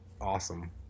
awesome